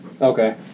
Okay